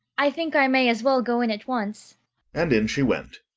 i think i may as well go in at once and in she went.